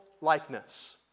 likeness